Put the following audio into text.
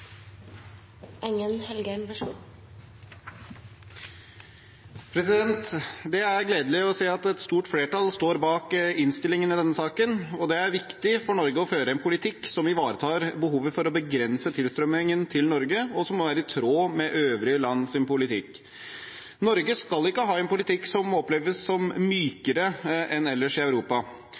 viktig for Norge å føre en politikk som ivaretar behovet for å begrense tilstrømningen til Norge, og som er i tråd med øvrige lands politikk. Norge skal ikke ha en politikk som oppleves som mykere enn politikken ellers i Europa.